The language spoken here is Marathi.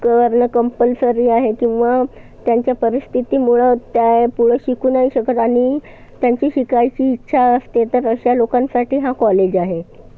करणं कंपल्सरी आहे किंवा त्यांच्या परिस्थितीमुळं त्या पुढं शिकू नाही शकत आणि त्यांची शिकायची इच्छा असते तर अशा लोकांसाठी हा कॉलेज आहे